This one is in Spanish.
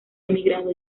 emigrado